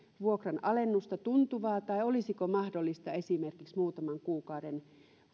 vuokranalennusta tuntuvaa tai olisiko mahdollista esimerkiksi muutaman kuukauden